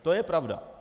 To je pravda.